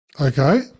Okay